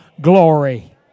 glory